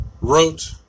wrote